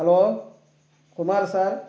hello Kumar sir